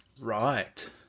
Right